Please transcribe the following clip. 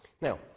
Now